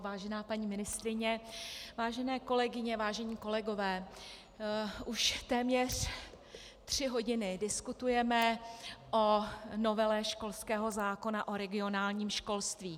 Vážená paní ministryně, vážené kolegyně, vážení kolegové, už téměř tři hodiny diskutujeme o novele školského zákona, o regionálním školství.